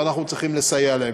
ואנחנו צריכים לסייע להן.